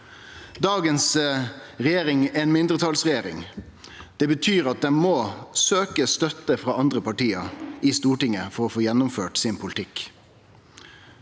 Dagens regjering er ei mindretalsregjering. Det betyr at ho må søkje støtte frå andre parti i Stortinget for å få gjennomført politikken